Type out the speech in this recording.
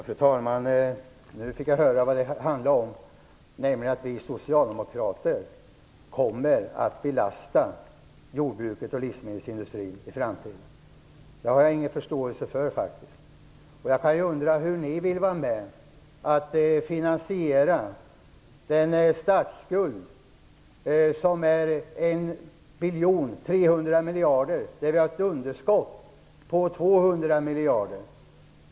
Fru talman! Nu fick jag höra vad det handlar om, nämligen att vi socialdemokrater kommer att belasta jordbruket och livsmedelsindustrin i framtiden. Det har jag faktiskt ingen förståelse för. Jag undrar hur ni vill bidra till att finansiera vår statsskuld om 1 300 miljarder kronor och vårt budgetunderskott om 200 miljarder kronor.